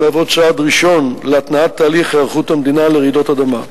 המהוות צעד ראשון להתנעת תהליך היערכות המדינה לרעידות אדמה.